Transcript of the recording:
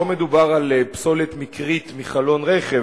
לא מדובר על פסולת מקרית מחלון רכב,